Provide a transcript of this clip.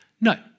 No